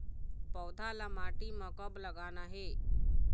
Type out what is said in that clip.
पौधा ला माटी म कब लगाना हे?